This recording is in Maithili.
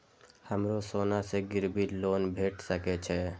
हमरो सोना से गिरबी लोन भेट सके छे?